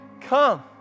come